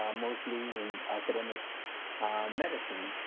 um mostly in academic medicine.